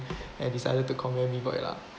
and decided to commend me about it lah